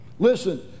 Listen